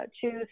choose